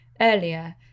earlier